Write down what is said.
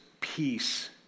peace